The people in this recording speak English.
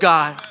God